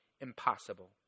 impossible